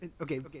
Okay